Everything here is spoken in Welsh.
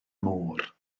môr